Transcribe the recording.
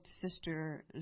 Sister